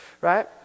right